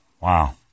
Wow